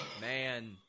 Man